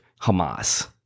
Hamas